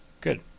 Good